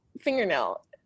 fingernail